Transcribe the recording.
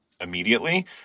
immediately